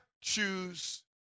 choose